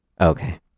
Okay